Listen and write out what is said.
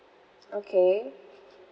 okay